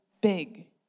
big